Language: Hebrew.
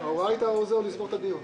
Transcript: ההוראה היתה לסגור את הדיון.